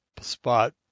spot